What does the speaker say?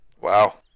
Wow